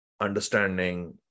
understanding